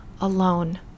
alone